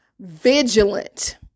vigilant